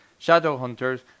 Shadowhunters